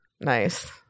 Nice